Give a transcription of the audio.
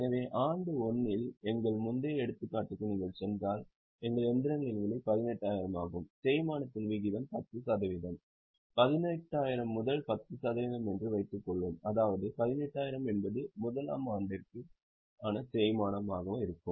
எனவே ஆண்டு 1 இல் எங்கள் முந்தைய எடுத்துக்காட்டுக்கு நீங்கள் சென்றால் எங்கள் இயந்திரங்களின் விலை 18000 ஆகும் தேய்மானத்தின் விகிதம் 10 சதவிகிதம் 18000 முதல் 10 சதவிகிதம் என்று வைத்துக்கொள்வோம் அதாவது 1800 என்பது 1 ஆம் ஆண்டிற்கான தேய்மானமாக இருக்கும்